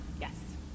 Yes